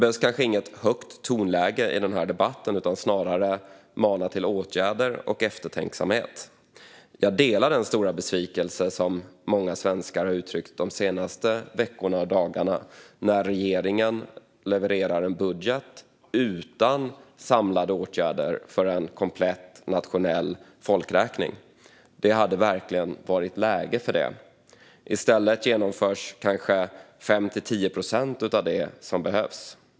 Det är kanske inget högt tonläge som behövs i denna debatt utan snarare ett manande till åtgärder och eftertänksamhet. Jag delar den stora besvikelse som många svenskar har uttryckt de senaste veckorna och dagarna över att regeringen levererar en budget utan samlade åtgärder för en komplett nationell folkräkning. Det hade verkligen varit läge för det. I stället genomförs kanske 5-10 procent av det som behövs.